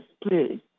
please